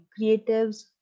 creatives